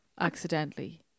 accidentally